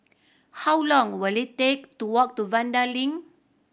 how long will it take to walk to Vanda Link